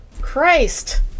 Christ